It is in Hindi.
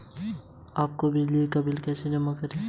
आप ऋण कैसे चुकाएंगे?